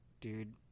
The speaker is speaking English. Dude